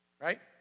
Right